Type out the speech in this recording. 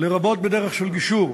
לרבות בדרך של גישור.